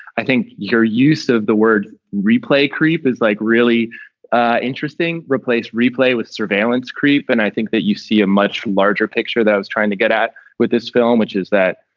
i think your use of the word replay creep is like really interesting replace replay with surveillance creep. and i think that you see a much larger picture that was trying to get at with this film, which is that,